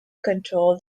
control